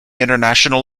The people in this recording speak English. international